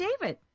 david